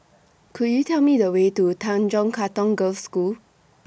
Could YOU Tell Me The Way to Tanjong Katong Girls' School